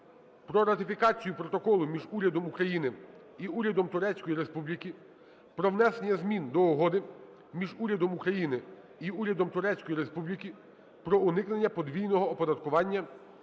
про ратифікацію Протоколу між Урядом України і Урядом Турецької Республіки про внесення змін до Угоди між Урядом України і Урядом Турецької Республіки про уникнення подвійного оподаткування